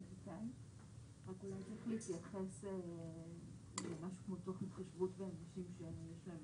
רק אולי צריך להתייחס תוך התחשבות באנשים שיש להם